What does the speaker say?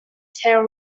tell